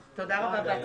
בבקשה.